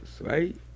right